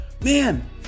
Man